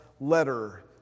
letter